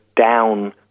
down